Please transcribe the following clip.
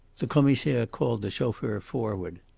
the commissaire called the chauffeur forward.